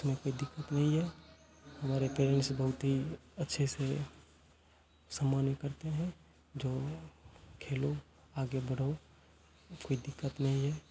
क्योंकि दिक्कत नहीं है हमारे पेरेंट्स बहुत ही अच्छे से सम्मान करते हैं जो खेलो आगे बढ़ो कोई दिक्कत नहीं है